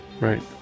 right